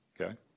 Okay